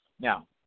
Now